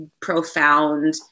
profound